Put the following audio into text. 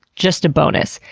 just a bonus.